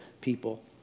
people